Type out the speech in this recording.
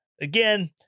Again